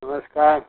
नमस्कार